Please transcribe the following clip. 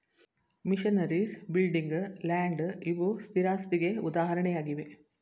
missionaries, building, land ಇವು ಸ್ಥಿರಾಸ್ತಿಗೆ ಉದಾಹರಣೆಯಾಗಿವೆ